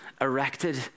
erected